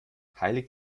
heiligt